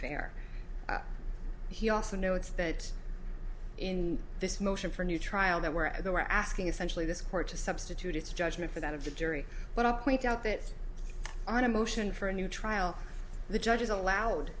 fair he also notes that in this motion for new trial there were they were asking essentially this court to substitute its judgment for that of the jury but i point out that on a motion for a new trial the judge is allowed